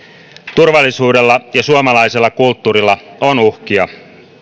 turvallisuudella ja suomalaisella kulttuurilla on uhkia